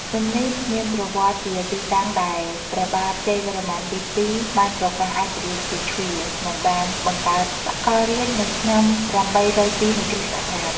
ភ្នំនេះមានប្រវត្តិ ជាទីតាំងដែលព្រះបាទជ័យវរ្ម័នទី២ បានប្រកាសឯករាជ្យពីជ្វា និងបានបង្កើតសកលរាជ្យនៅឆ្នាំ ៨០២ នៃគ.ស.។